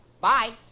Bye